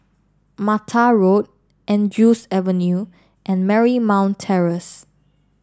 Mattar Road Andrews Avenue and Marymount Terrace